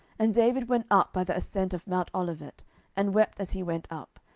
and david went up by the ascent of mount olivet, and wept as he went up,